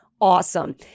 awesome